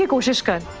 mushkan.